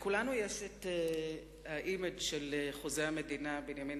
לכולנו יש האימג' של חוזה המדינה בנימין